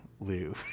Lou